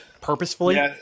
purposefully